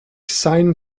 sign